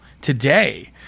today